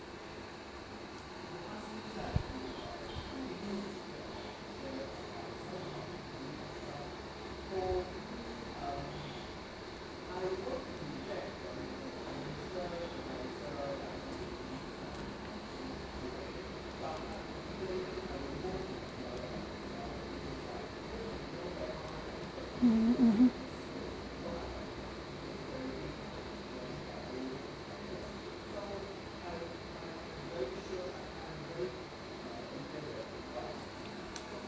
um mmhmm